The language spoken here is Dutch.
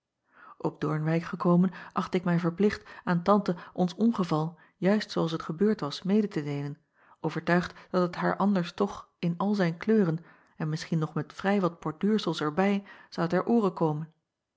p oornwijck gekomen achtte ik mij verplicht acob van ennep laasje evenster delen aan ante ons ongeval juist zoo als het gebeurd was mede te deelen overtuigd dat het haar anders toch in al zijn kleuren en misschien nog met vrij wat borduursels er bij zou ter oore komen